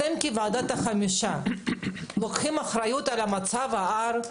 אתם כוועדת החמישה לוקחים אחריות על מצב ההר,